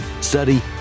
Study